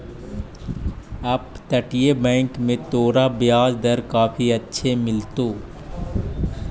अपतटीय बैंक में तोरा ब्याज दर काफी अच्छे मिलतो